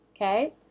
okay